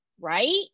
right